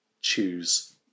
choose